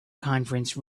conference